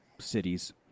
cities